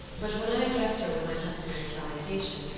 but when i addressed her with my customary salutation,